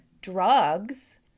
drugs